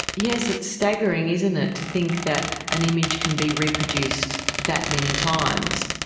yes, it's staggering, isn't it, to think that an image can be reproduced that many times.